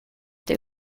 they